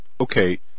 Okay